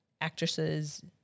actresses